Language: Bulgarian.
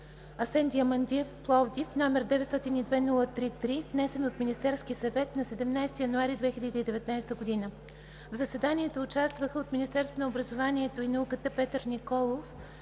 Асен Диамандиев“ – Пловдив, № 902-03-3, внесен от Министерския съвет на 17 януари 2019 г. В заседанието участваха от Министерството на образованието и науката: Петър Николов